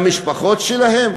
למשפחות שלהם?